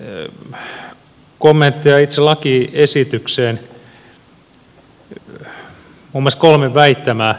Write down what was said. muutamia kommentteja itse lakiesitykseen muun muassa kolme väittämää